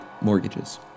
mortgages